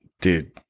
dude